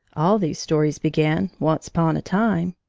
all these stories began once pon a time,